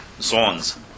zones